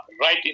right